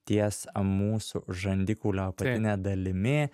ties mūsų žandikaulio apatine dalimi